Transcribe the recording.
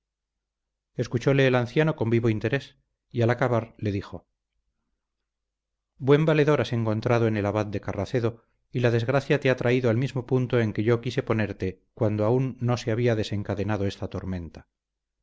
escuchóle el anciano con vivo interés y al acabar le dijo buen valedor has encontrado en el abad de carracedo y la desgracia te ha traído al mismo punto en que yo quise ponerte cuando aún no se había desencadenado esta tormenta